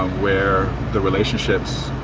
where the relationships,